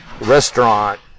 restaurant